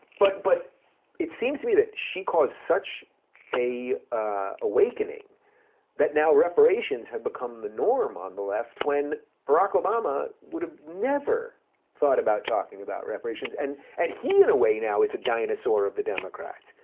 but but it seems to me that she caused such a awakening that now reparations have become the norm on the left when barack obama would have ah never thought about talking about reparations and and he in a way now is a dinosaur of the democrats.